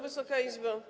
Wysoka Izbo!